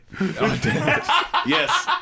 Yes